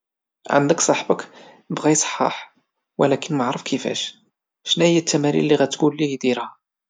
عندك صاحبك بغا يصحاح، ولكن معرف كيفاش، شناهيا التمارين اللي غادي تقوليه يديرها؟